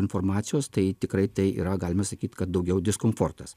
informacijos tai tikrai tai yra galima sakyt kad daugiau diskomfortas